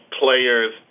players